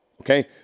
okay